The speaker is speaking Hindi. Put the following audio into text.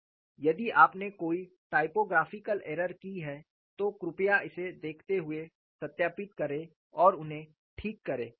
यदि आपने कोई टाइपोग्राफ़िकल एरर की है तो कृपया इसे देखते हुए सत्यापित करें और उन्हें ठीक करें